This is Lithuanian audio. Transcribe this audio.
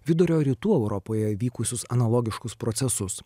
vidurio rytų europoje vykusius analogiškus procesus